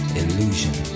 illusion